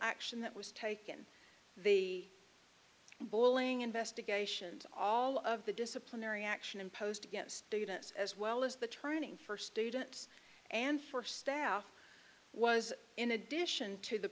action that was taken the bowling investigations all of the disciplinary action imposed against students as well as the turning for students and for staff was in addition to the